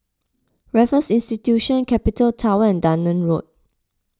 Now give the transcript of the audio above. Raffles Institution Capital Tower and Dunearn Road